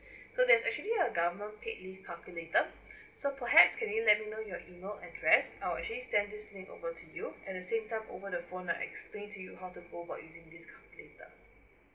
so there is actually a government paid leave calculator so perhaps can you let me know your email address I will actually send this link over to you at the same time over the phone I'll explain to you how to go for using this calculator